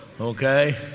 okay